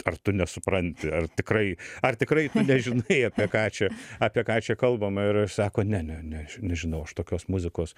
ar tu nesupranti ar tikrai ar tikrai tu nežinai apie ką čia apie ką čia kalbama ir aš sako ne ne ne nežinau aš tokios muzikos